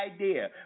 idea